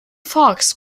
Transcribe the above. fox